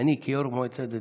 אני, אני כיו"ר מועצה דתית,